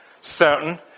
certain